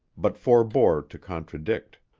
but forbore to contradict.